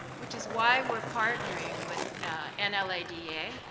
which is why we are partnering with and nlaa da,